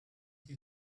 you